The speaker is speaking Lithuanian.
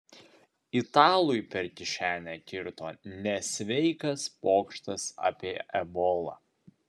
italui per kišenę kirto nesveikas pokštas apie ebolą